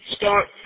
start